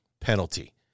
penalty